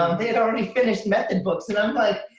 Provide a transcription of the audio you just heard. um they had already finished method books and i'm but